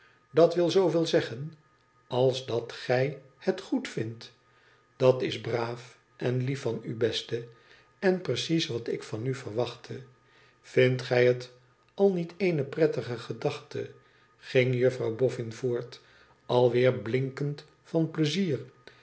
dat wil zooveel zeggen als dat gij het goedvindt i dat s braaf en lief van u beste en precies wat ik van u verwachtte vindt gij het al niet eene prettige gedachte ging juffrouw boffin voort alweer binkend van pleiner